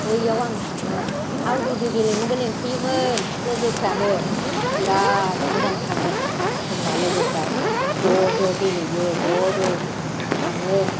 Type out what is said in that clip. बैयाव थांनो हाव दुदु गेलेनोबो लिंफैयोमोन लोगोफ्रानो बिराद मोजांखामोन जोंना लोगोफोरा ज' ज' गेलेयो ज' ज' थाङो